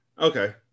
Okay